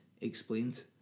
explained